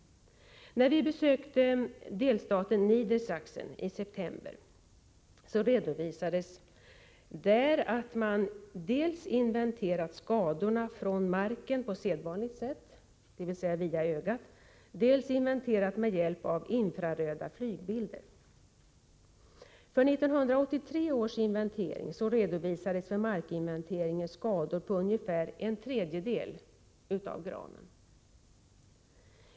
När vi besökte delstaten Niedersachsen i september, redovisades där att man dels från marken inventerat skadorna på sedvanligt sätt, dvs. via ögat, dels inventerat genom bilder tagna från flyg med hjälp av infrarött ljus. Från 1983 års inventering redovisades för markinventeringen skador på ungefär en tredjedel av granskogen.